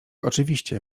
oczywiście